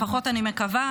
לפחות אני מקווה,